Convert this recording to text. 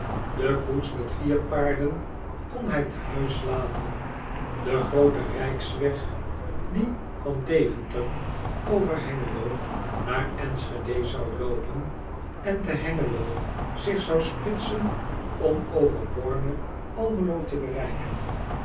e koets met vier paarden kon hij te huis laten e groote rijksweg die van eventer over engelo naar nschede zou loopen en te engelo zich zou splitsen om over orne lmelo te bereiken